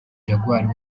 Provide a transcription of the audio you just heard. jaguar